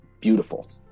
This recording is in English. beautiful